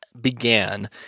began